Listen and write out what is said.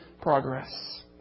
progress